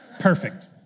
Perfect